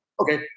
okay